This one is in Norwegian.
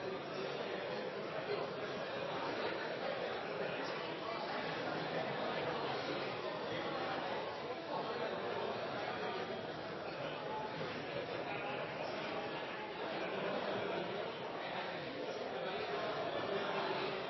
siden.